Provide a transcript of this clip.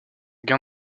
gain